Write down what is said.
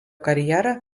karjerą